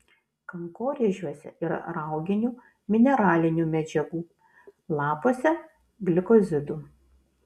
kankorėžiuose yra rauginių mineralinių medžiagų lapuose glikozidų